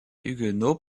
huguenots